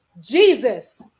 Jesus